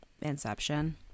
inception